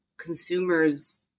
consumers